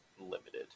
Limited